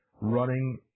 running